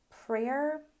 prayer